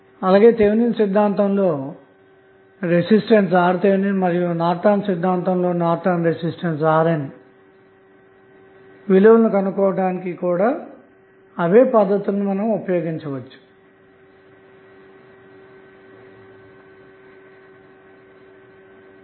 అలాగే థెవెనిన్ సిద్దాంతం లో రెసిస్టెన్స్ RTh మరియు నార్టన్ సిద్దాంతం లో నార్టన్ రెసిస్టెన్స్ RNవిలువలను కనుక్కోవడానికి కూడా అదే పద్ధతులు ఉపయోగించండి